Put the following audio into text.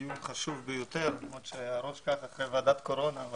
דיון חשוב ביותר למרות שהראש אחרי ועדת קורונה.